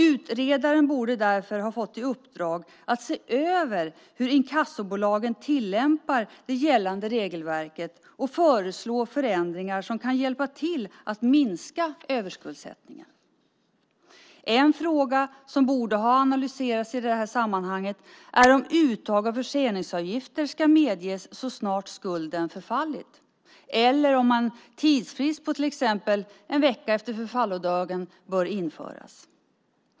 Utredaren borde därför ha fått i uppdrag att se över hur inkassobolagen tillämpar det gällande regelverket och föreslå förändringar som kan hjälpa till att minska överskuldsättningen. En fråga som borde ha analyserats i detta sammanhang är om uttag av förseningsavgifter ska medges så snart skulden har förfallit eller om en tidsfrist på till exempel en vecka efter förfallodagen bör införas.